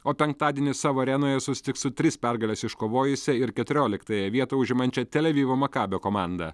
o penktadienį savo arenoje susitiks su tris pergales iškovojusia ir keturioliktąją vietą užimančia tel avivo makabio komanda